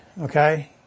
Okay